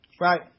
Right